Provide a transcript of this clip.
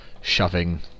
shoving